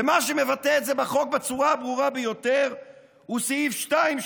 ומה שמבטא את זה בחוק בצורה הברורה ביותר הוא סעיף 2,